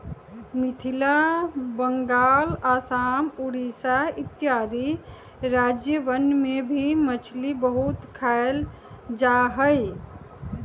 मिथिला बंगाल आसाम उड़ीसा इत्यादि राज्यवन में भी मछली बहुत खाल जाहई